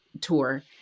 tour